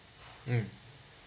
mm